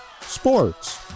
sports